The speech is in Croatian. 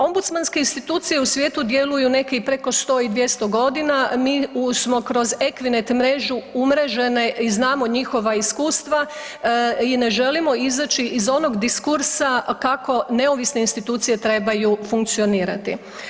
Ombudsmanske institucije u svijetu djeluju neki i preko 100 i 200 g., mi smo kroz Ekvinet mrežu umrežene i znamo njihova iskustva i ne želimo izaći iz onog diskursa kako neovisne institucije trebaju funkcionirati.